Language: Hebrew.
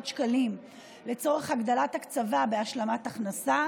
שקלים לצורך הגדלת קצבת השלמת הכנסה,